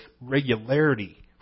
regularity